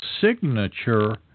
signature